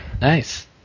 nice